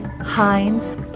Heinz